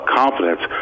confidence